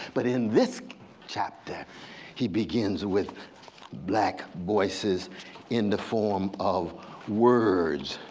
but in this chapter he begins with black voices in the form of words.